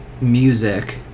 music